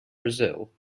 brazil